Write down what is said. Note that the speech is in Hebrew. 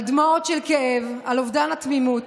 על דמעות של כאב על אובדן התמימות,